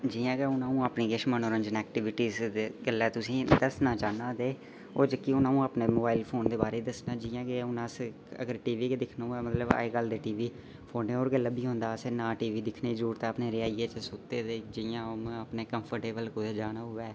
जि'यां की हून अ'ऊं अपनी किश मनोरंजन एक्टिविटीस दे गल्लै तुसें ई दस्सना चाह्न्नां ते ओह् जेह्की हून अ'ऊं अपने मोबाइल फ़ोन दे बारै च दस्सना जि'यां की हून अस अगर टी वी गै दिक्खना होऐ मतलब अज्ज कल ते टी वी फ़ोनो 'र गै लब्भी औंदा असें गी ना टी वी दिक्खने जरूरत ऐ अपने रियाइयै च सुत्ते दे जि'यां हून अपने कंफर्टेबल कुदै जाना होऐ